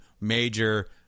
major